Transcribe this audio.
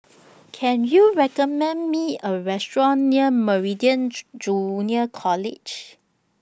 Can YOU recommend Me A Restaurant near Meridian Junior College